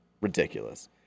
Ridiculous